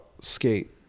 skate